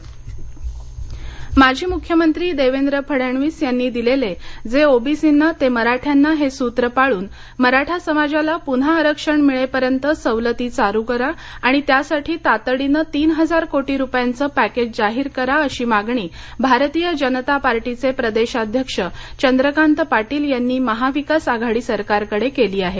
मराठा आरक्षण माजी मुख्यमंत्री देवेंद्र फडणवीस यांनी दिलेले जे ओबीसींना ते मराठ्यांना हे सूत्र पाळून मराठा समाजाला पून्हा आरक्षण मिळेपर्यंत सवलती चालू करा आणि त्यासाठी तातडीन तीन हजार कोटी रुपयांचं पॅकेज जाहीर करा अशी मागणी भारतीय जनता पार्टीचे प्रदेशाध्यक्ष चंद्रकांत पाटील यांनी महाविकास आघाडी सरकारकडे केली आहे